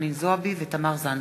חנין זועבי ותמר זנדברג.